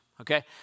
Okay